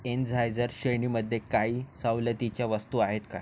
Energizer श्रेणीमध्ये काही सवलतीच्या वस्तू आहेत काय